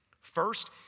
First